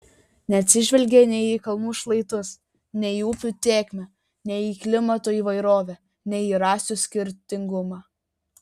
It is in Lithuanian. neatsižvelgė nei į kalnų šlaitus nei į upių tėkmę nei į klimato įvairovę nei į rasių skirtingumą